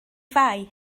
fai